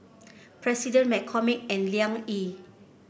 President McCormick and Liang Yi